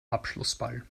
abschlussball